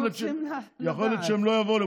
יכול להיות שהם לא יבואו.